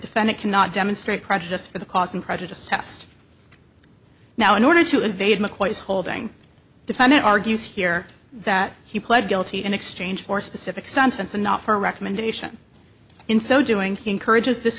defendant cannot demonstrate prejudice for the cause and prejudice test now in order to evade mccoy's holding defendant argues here that he pled guilty in exchange for a specific sentence and not for a recommendation in so doing he encourages this